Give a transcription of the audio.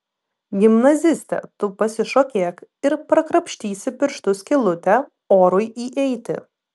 gimnaziste tu pasišokėk ir prakrapštysi pirštu skylutę orui įeiti